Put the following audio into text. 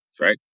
right